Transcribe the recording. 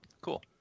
cool